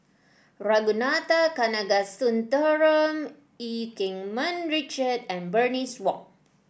Ragunathar Kanagasuntheram Eu Keng Mun Richard and Bernice Wong